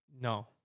no